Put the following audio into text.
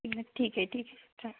ठीक आहे ठीक आहे ठीक आहे चालेल